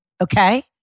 Okay